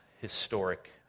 historic